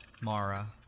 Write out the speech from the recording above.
Mara